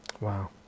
Wow